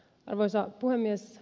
arvoisa puhemies